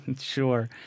Sure